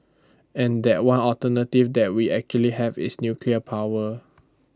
and that one alternative that we actually have is nuclear power